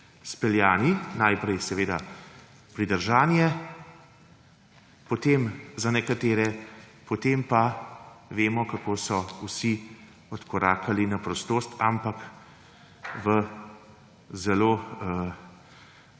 Najprej pridržanje za nekatere, potem pa vemo, kako so vsi odkorakali na prostost, ampak v